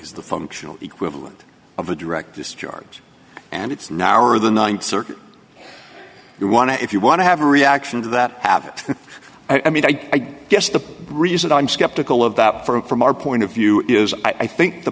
is the functional equivalent of a direct discharge and it's now or the th circuit if you want to if you want to have a reaction to that have i mean i guess the reason i'm skeptical of that for it from our point of view is i think the